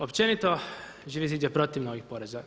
Općenito Živi zid je protiv novih poreza.